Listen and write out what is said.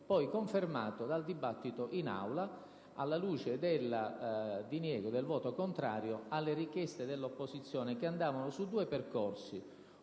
poi confermato dal dibattito in Aula, alla luce del diniego del voto contrario alle richieste dell'opposizione, che andavano su due percorsi.